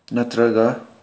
ꯅꯠꯇ꯭ꯔꯒ